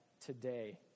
today